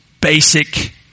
basic